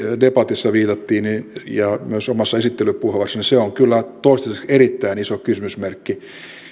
debatissa viitattiin ja myös omassa esittelypuheenvuorossani viittasin on kyllä toistaiseksi erittäin iso kysymysmerkki